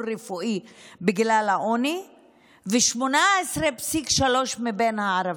רפואי בגלל העוני ו-18.3% מבין הערבים.